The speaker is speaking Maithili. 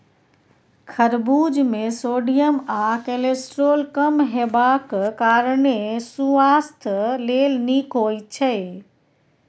खरबुज मे सोडियम आ कोलेस्ट्रॉल कम हेबाक कारणेँ सुआस्थ लेल नीक होइ छै